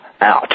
out